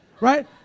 right